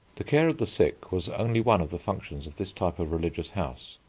the care of the sick was only one of the functions of this type of religious house.